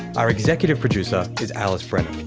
our executive producer is alice brennan.